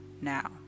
now